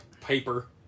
paper